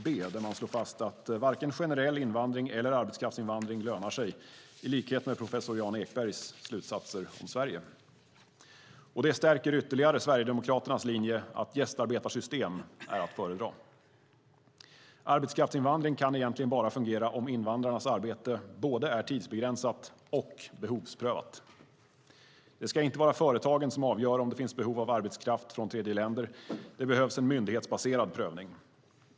I rapporten slås fast att varken generell invandring eller arbetskraftsinvandring lönar sig - i likhet med professor Jan Ekbergs slutsatser om Sverige. Detta stärker ytterligare Sverigedemokraternas linje, att gästarbetarsystem är att föredra. Arbetskraftsinvandring kan egentligen bara fungera om invandrarnas arbete är både tidsbegränsat och behovsprövat. Det ska inte vara företagen som avgör om det finns behov av arbetskraft från tredjeland. Det behövs en myndighetsbaserad prövning.